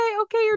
okay